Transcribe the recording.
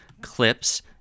clips